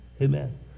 Amen